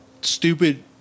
stupid